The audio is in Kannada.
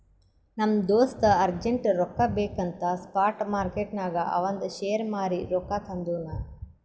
ನಮ್ ದೋಸ್ತ ಅರ್ಜೆಂಟ್ ರೊಕ್ಕಾ ಬೇಕ್ ಅಂತ್ ಸ್ಪಾಟ್ ಮಾರ್ಕೆಟ್ನಾಗ್ ಅವಂದ್ ಶೇರ್ ಮಾರೀ ರೊಕ್ಕಾ ತಂದುನ್